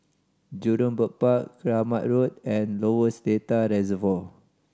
Jurong Bird Park Keramat Road and Lower Seletar Reservoir